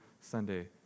Sunday